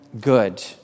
good